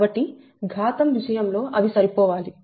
కాబట్టి ఘాతం విషయంలో అవి సరిపోవాలి